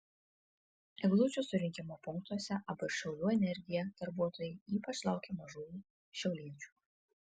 eglučių surinkimo punktuose ab šiaulių energija darbuotojai ypač laukė mažųjų šiauliečių